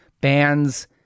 bands